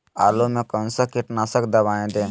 आलू में कौन सा कीटनाशक दवाएं दे?